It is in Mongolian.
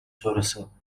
суурилсан